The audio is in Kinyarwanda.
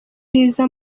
bwiza